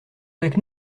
avec